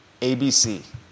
ABC